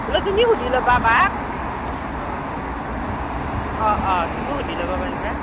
হ'লেও তুমি সুধি ল'বা বাক অঁ অঁ অঁ তুমিও সুধি ল'ব পাৰিবা